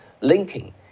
linking